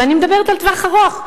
ואני מדברת על טווח ארוך,